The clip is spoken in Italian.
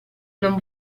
non